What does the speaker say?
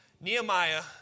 Nehemiah